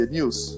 News